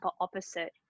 opposite